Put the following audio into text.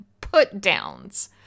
Put-downs